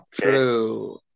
True